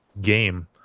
game